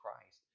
Christ